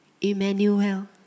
Emmanuel